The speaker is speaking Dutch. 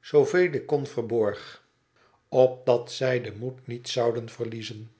zooveel ik kon verborg opdat zij den moed niet zouden verliezen